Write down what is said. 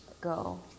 go